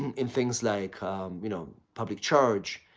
and in things like ah um you know public charge,